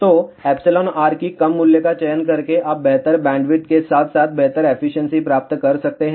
तो εr की कम मूल्य का चयन करकेआप बेहतर बैंडविड्थ के साथ साथ बेहतर एफिशिएंसी प्राप्त कर सकते हैं